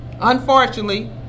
unfortunately